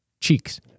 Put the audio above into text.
cheeks